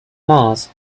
mars